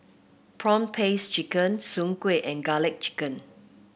prawn paste chicken Soon Kueh and garlic chicken